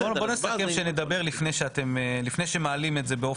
בוא נסכם שנדבר לפני שמעלים את זה.